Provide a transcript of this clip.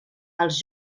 als